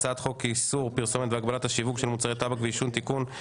הצעת חוק איסור פרסומת והגבלת השיווק של מוצרי טבק ועישון (תיקון,